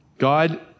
God